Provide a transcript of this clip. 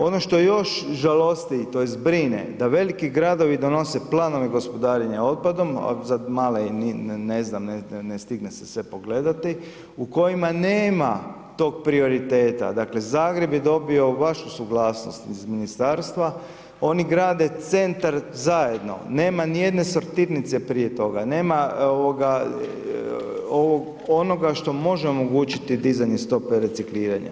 Ono što je još žalosti tj. brine da veli gradovi donose planove gospodarenjem otpadom a za male ne znam, ne stigne se sve pogledati u kojima nema tog prioriteta, dakle, Zagreb je dobio vašu suglasnost iz Ministarstva, oni grade centar zajedno, nema ni jedne sortirnice prije toga, nema ovoga, onoga što može omogućiti dizanje stope recikliranja.